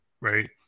right